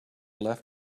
left